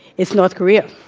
it's north korea.